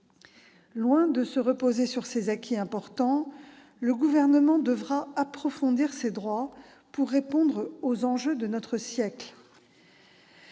Loin de se reposer sur ces acquis importants, le Gouvernement devra approfondir ces droits pour répondre aux enjeux de notre siècle.